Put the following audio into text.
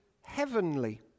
heavenly